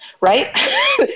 right